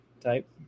type